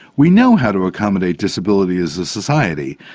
we know how to accommodate disability as a society.